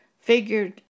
figured